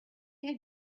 had